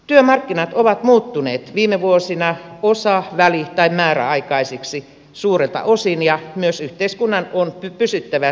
työmarkkinat ovat muuttuneet viime vuosina osa väli tai määräaikaisiksi suurelta osin ja myös yhteiskunnan on pysyttävä siinä mukana